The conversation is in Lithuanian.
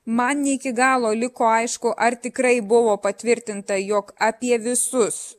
man ne iki galo liko aišku ar tikrai buvo patvirtinta jog apie visus